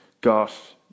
got